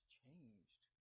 changed